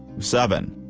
seven.